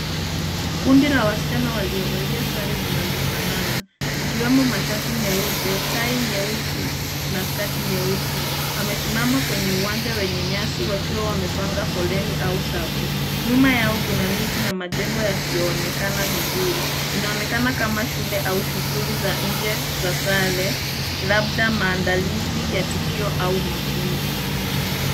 Kundi la wasichana walio valia sare zinazofanana, zikiwemo mashati meupe, tai nyeusi na sketi nyeusi, wamesimama kwenye uwanja wenye nyasi wakiwa wamepanga foleni au safu. Nyuma yao kuna miti na majengo yasio onekana vizuri, inaonekana kama shule au shuguli za nje za sare, labda maandalizi ya tukio au mafunzo.